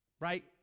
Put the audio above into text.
right